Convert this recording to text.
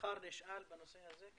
מחר נשאל בנושא הזה.